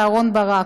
אהרון ברק.